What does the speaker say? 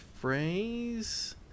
phrase